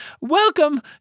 Welcome